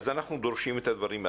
אז אנחנו דורשים את הדברים.